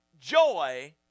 joy